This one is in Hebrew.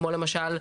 כמו למשל,